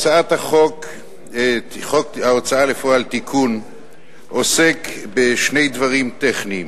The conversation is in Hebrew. הצעת חוק ההוצאה לפועל (תיקון מס' 32) עוסקת בשני דברים טכניים.